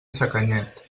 sacanyet